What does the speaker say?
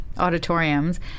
Auditoriums